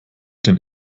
den